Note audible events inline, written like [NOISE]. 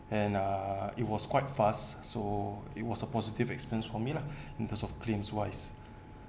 and err it was quite fast so it was a positive experience for me lah [BREATH] in terms of claims wise